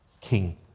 King